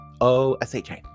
O-S-H-A